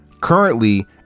currently